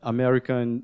American